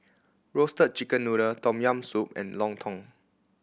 Roasted Chicken Noodle Tom Yam Soup and lontong